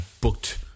booked